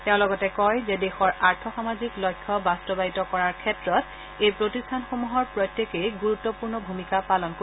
তেওঁ লগতে কয় যে দেশৰ আৰ্থ সামাজিক লক্ষ্য বাস্তৱায়িত কৰাৰ ক্ষেত্ৰত এই প্ৰতিষ্ঠানসমূহৰ প্ৰত্যেকেই গুৰুত্বপূৰ্ণ ভুমিকা পালন কৰিব